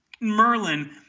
Merlin